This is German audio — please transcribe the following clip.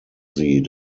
sie